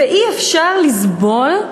ואי-אפשר לסבול,